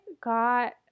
got